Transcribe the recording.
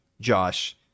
Josh